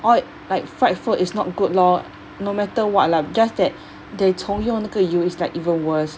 all like fried food is not good lor no matter what lah just that they 从用 is like even worse